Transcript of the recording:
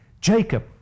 Jacob